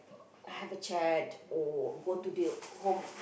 uh have a chat or go to the home